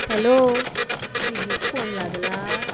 hello स्विगीक phone लागला